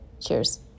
Cheers